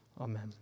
Amen